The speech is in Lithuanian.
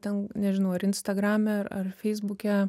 ten nežinau ar instagrame ar feisbuke